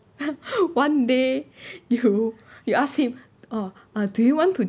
one day you you ask him uh do you want to